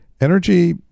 Energy